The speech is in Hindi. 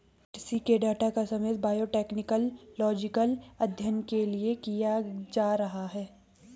कृषि के डाटा का समावेश बायोटेक्नोलॉजिकल अध्ययन के लिए किया जा रहा है